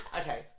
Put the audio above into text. Okay